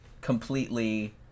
completely